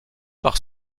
par